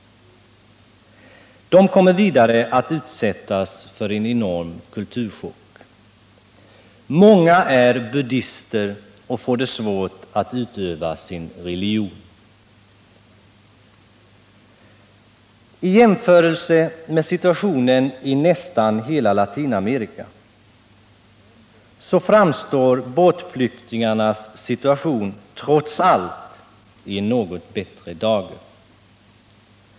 De kommer vidare att utsättas för en enorm kulturchock. Många är buddhister och får det svårt att utöva sin religion. I jämförelse med situationen i nästan hela Latinamerika framstår båtflyktingarnas situation — trots allt — i en något bättre dager.